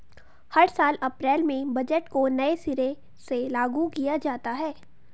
हर साल अप्रैल में बजट को नये सिरे से लागू किया जाता है